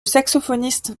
saxophoniste